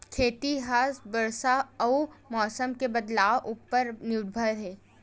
खेती हा बरसा अउ मौसम के बदलाव उपर निर्भर हे